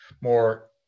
more